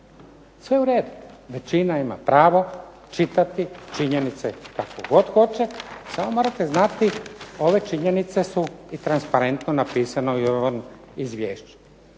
Sve u redu, većina ima pravo čitati činjenice kako god hoće, samo morate znati ove činjenice su i transparentno napisane i u ovom izvješću.